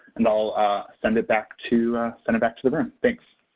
and i'll send it back to send it back to the room. thanks.